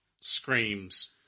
screams